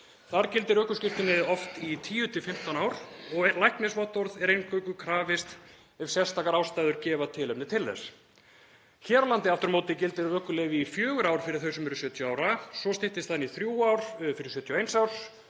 Þar gildir ökuskírteinið oft í 10–15 ár og læknisvottorðs er eingöngu krafist ef sérstakar ástæður gefa tilefni til þess. Hér á landi aftur á móti gildir ökuleyfið í fjögur ár fyrir þau sem eru 70 ára. Svo styttist það í þrjú ár fyrir 71 árs,